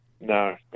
No